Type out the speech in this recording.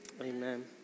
amen